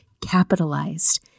capitalized